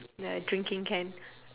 the drinking can